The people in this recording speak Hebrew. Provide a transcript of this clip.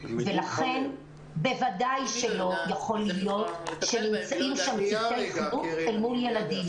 ולכן בוודאי לא יכול להיות שנמצאים שם צוותי חינוך אל מול ילדים.